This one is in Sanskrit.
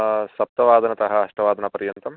सप्तवादनतः अष्टवादनपर्यन्तम्